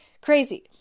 Crazy